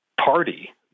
party